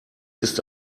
ist